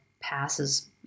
passes